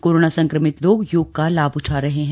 corona संक्रमित लोग योग का लाभ उठा रहे हैं